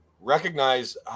recognize